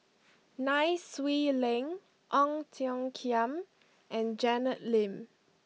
Nai Swee Leng Ong Tiong Khiam and Janet Lim